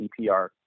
EPR